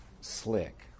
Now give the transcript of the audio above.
Slick